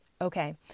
Okay